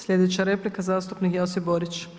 Sljedeća replika, zastupnik Josip Borić.